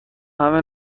همه